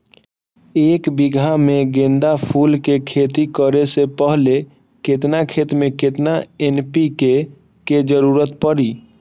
एक बीघा में गेंदा फूल के खेती करे से पहले केतना खेत में केतना एन.पी.के के जरूरत परी?